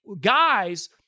guys